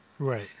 Right